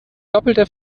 doppelter